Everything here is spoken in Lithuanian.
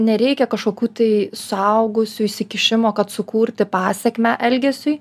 nereikia kašokių tai suaugusių įsikišimo kad sukurti pasekmę elgesiui